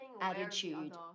Attitude